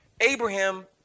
Abraham